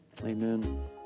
amen